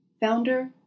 founder